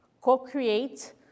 Co-create